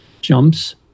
jumps